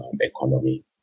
economy